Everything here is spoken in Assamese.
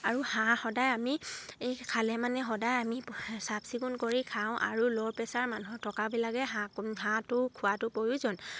আৰু হাঁহ সদায় আমি এই খালে মানে সদায় আমি চাফ চিকুণ কৰি খাওঁ আৰু ল' প্ৰেছাৰ মানুহৰ থকাবিলাকে হাঁহটোৰ খোৱাটো প্ৰয়োজন